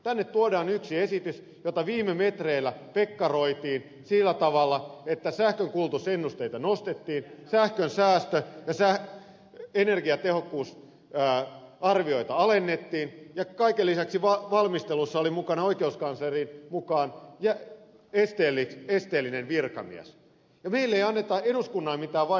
tänne tuodaan yksi esitys jota viime metreillä pekkaroitiin sillä tavalla että sähkönkulutusennusteita nostettiin sähkön säästö ja energiatehokkuusarvioita alennettiin ja kaiken lisäksi valmistelussa oli mukana oikeuskanslerin mukaan esteellinen virkamies ja meille ei anneta eduskunnalle mitään vaihtoehtoa